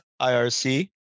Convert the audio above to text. IRC